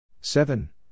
Seven